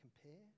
compare